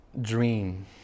dream